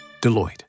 Deloitte